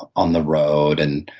on the road and